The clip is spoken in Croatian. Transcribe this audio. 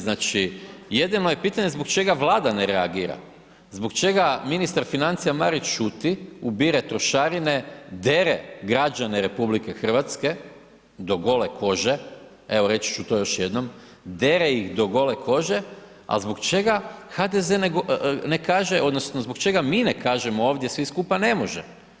Znači jedino je pitanje zbog čega Vlada ne reagira, zbog čega ministar financija Marić šuti, ubire trošarine, dere građane RH do gole kože, evo reći ću to još jednom, dere ih do gole kože a zbog čega HDZ ne kaže odnosno zbog čega mi ne kažemo ovdje svi skupa ne može.